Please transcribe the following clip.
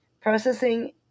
processing